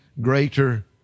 greater